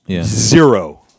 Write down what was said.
zero